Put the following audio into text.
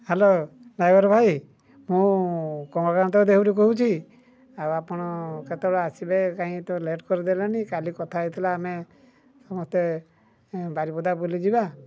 hello driver ଭାଇ ମୁଁ କମଳାକାନ୍ତ ଦେହୁରୀ କହୁଛି ଆଉ ଆପଣ କେତେବେଳେ ଆସିବେ କାଇଁ ଏତେ ଲେଟ୍ କରିଦେଲେ କାଲି କଥା ହେଇଥିଲା ଆମେ ସମସ୍ତେ ବାରିପଦା ବୁଲିଯିବା